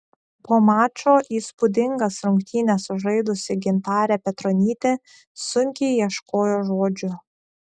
po mačo įspūdingas rungtynes sužaidusi gintarė petronytė sunkiai ieškojo žodžių